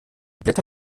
blätter